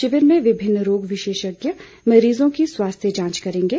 शिविर में विभिन्न रोग विशेषज्ञ मरीजों की स्वास्थ्य जांच करेंगे